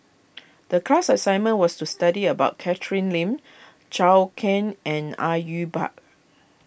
the class assignment was to study about Catherine Lim Zhou Can and Au Yue Pak